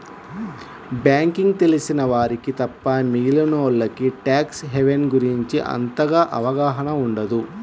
banking తెలిసిన వారికి తప్ప మిగిలినోల్లకి ట్యాక్స్ హెవెన్ గురించి అంతగా అవగాహన ఉండదు